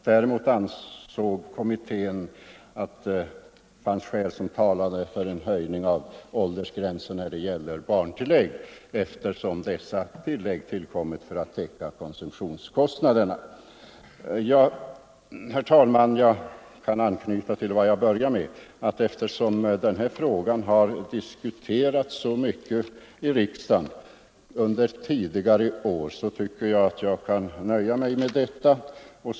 Däremot ansåg kommittén att det fanns skäl som talade för en —— i höjning av åldersgränsen för barntillägg, eftersom dessa tillägg tillkommit Allmän egenpenför att täcka konsumtionskostnaderna. sion m.m. Herr talman! Jag kan anknyta till vad jag började med. Eftersom den här frågan har diskuterats så mycket i riksdagen under tidigare år tycker jag att jag kan nöja mig med vad jag nu anfört.